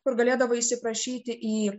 kur galėdavai įsiprašyti į